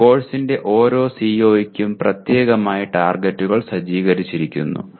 ഒരു കോഴ്സിന്റെ ഓരോ CO യ്ക്കും പ്രത്യേകമായി ടാർഗെറ്റുകൾ സജ്ജീകരിച്ചിരിക്കുന്നു